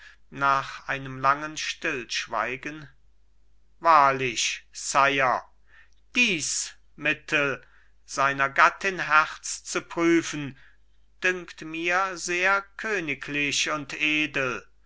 nach einem langen stillschweigen wahrlich sire dies mittel seiner gattin herz zu prüfen dünkt mir sehr königlich und edel